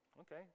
Okay